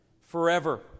forever